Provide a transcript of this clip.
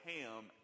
Ham